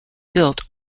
built